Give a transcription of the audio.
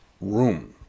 room